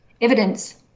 evidence